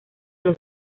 los